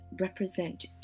represent